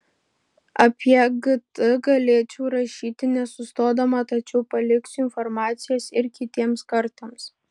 apie gt galėčiau rašyti nesustodama tačiau paliksiu informacijos ir kitiems kartams